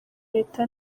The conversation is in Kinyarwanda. leta